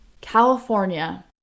California